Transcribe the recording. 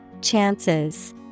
Chances